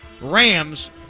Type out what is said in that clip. Rams